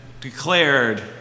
declared